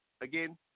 again